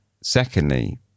secondly